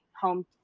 home